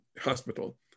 hospital